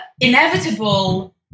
inevitable